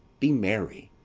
be merry,